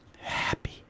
Happy